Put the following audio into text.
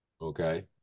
Okay